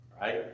right